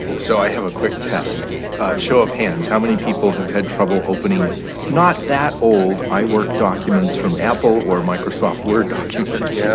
so i have a quick test. a show of hands, how many people have had trouble opening not that old iwork documents from apple or microsoft word documents? yeah